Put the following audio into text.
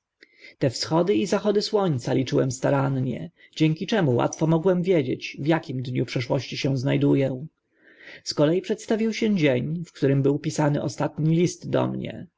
te wschody i zachody słońca liczyłem starannie dzięki czemu łatwo mogłem wiedzieć w akim dniu przeszłości się zna du ę z kolei przedstawił się dzień w którym był pisany ostatni list do mnie